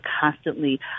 constantly